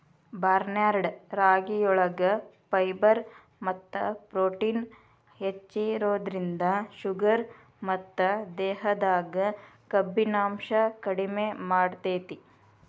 barnyard ರಾಗಿಯೊಳಗ fibre ಮತ್ತ protein ಹೆಚ್ಚಿರೋದ್ರಿಂದ ಶುಗರ್ ಮತ್ತ ದೇಹದಾಗ ಕೊಬ್ಬಿನಾಂಶ ಕಡಿಮೆ ಮಾಡ್ತೆತಿ